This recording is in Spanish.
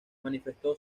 manifestó